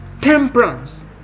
Temperance